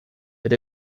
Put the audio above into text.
but